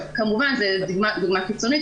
כמובן זו דוגמה קיצונית,